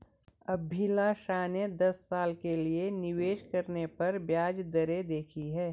अभिलाषा ने दस साल के लिए निवेश करने पर ब्याज दरें देखी